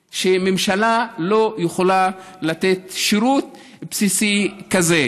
בושה) שממשלה לא יכולה לתת שירות בסיסי כזה.